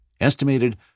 estimated